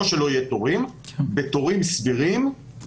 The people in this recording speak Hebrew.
לראות אולי טיפה להרחיב את זה,